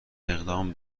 اقدام